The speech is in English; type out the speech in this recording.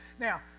Now